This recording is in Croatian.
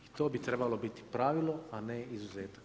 I to bi trebalo biti pravilo, a ne izuzetak.